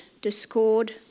discord